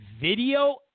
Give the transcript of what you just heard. video